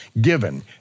given